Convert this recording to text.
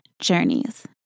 journeys